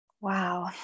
Wow